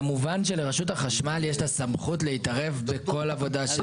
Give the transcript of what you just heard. כמובן שלרשות החשמל יש הסמכות להתערב בכל עבודה של